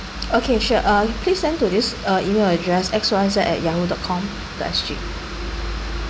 okay sure uh please send to this uh email address X Y X at yahoo dot com dot S_G